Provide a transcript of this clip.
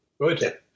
good